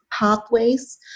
pathways